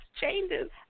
changes